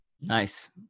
Nice